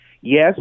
Yes